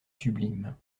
sublime